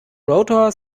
rotor